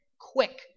quick